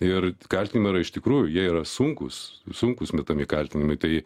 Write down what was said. ir kaltinimai yra iš tikrųjų jie yra sunkūs sunkūs metami kaltinimai tai